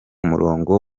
murongo